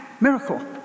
miracle